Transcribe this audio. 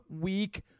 week